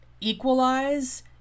equalize